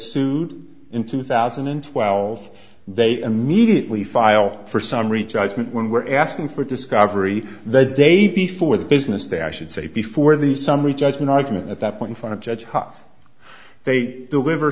sued in two thousand and twelve they immediately file for summary judgment when we're asking for discovery the day before the business day i should say before the summary judgment argument at that point front of judge hough they deliver